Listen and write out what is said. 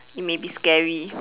it may be scary